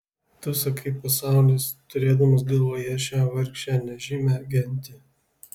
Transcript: tu sakai pasaulis turėdamas galvoje šią vargšę nežymią gentį